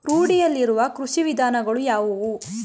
ರೂಢಿಯಲ್ಲಿರುವ ಕೃಷಿ ವಿಧಾನಗಳು ಯಾವುವು?